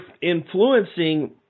influencing